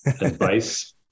advice